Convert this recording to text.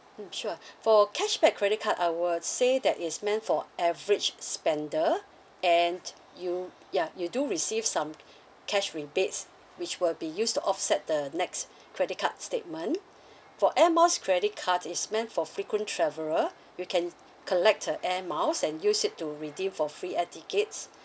mm sure for cashback credit card I would say that is meant for average spender and you ya you do receive some cash rebates which will be used to offset the next credit card statement for air miles credit card is meant for frequent traveller you can collect uh air miles and use it to redeem for free air tickets